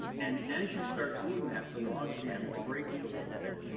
and as you start doing that the log jam breaks a little bit,